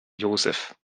joseph